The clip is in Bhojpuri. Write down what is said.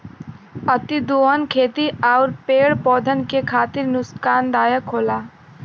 अतिदोहन खेती आउर पेड़ पौधन के खातिर नुकसानदायक होला